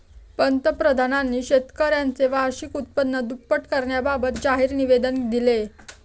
पंतप्रधानांनी शेतकऱ्यांचे वार्षिक उत्पन्न दुप्पट करण्याबाबत जाहीर निवेदन दिले